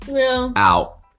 out